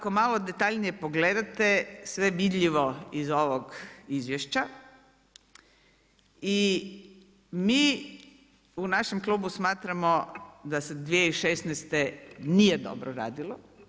To je ako malo detaljnije pogledate sve vidljivo iz ovog izvješća i mi u našem klubu smatramo da se 2016. nije dobro radilo.